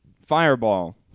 fireball